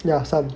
yeah some